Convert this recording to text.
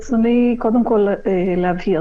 ברצוני קודם כול להבהיר,